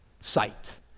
sight